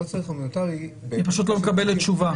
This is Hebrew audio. לא צריך הומניטרי --- היא פשוט לא מקבלת תשובה.